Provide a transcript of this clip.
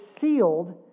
sealed